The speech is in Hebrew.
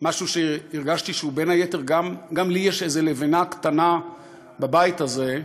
משהו שהרגשתי שבין היתר גם לי יש איזו לבנה קטנה בבית הזה,